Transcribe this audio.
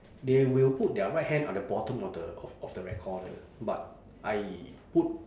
they will put their right hand on the bottom of the of of the recorder but I put